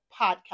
podcast